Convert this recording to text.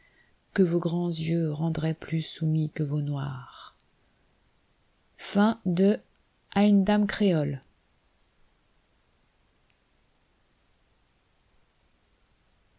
que vos grands yeux rendraient plus soumis que vos noir